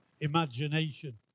imagination